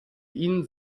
ihn